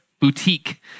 boutique